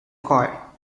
choir